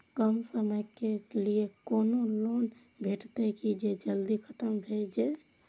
कम समय के लीये कोनो लोन भेटतै की जे जल्दी खत्म भे जे?